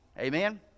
amen